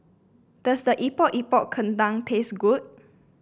does the Epok Epok Kentang taste good